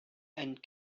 and